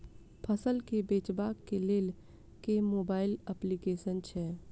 फसल केँ बेचबाक केँ लेल केँ मोबाइल अप्लिकेशन छैय?